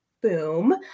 boom